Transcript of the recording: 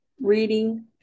reading